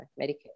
Medicare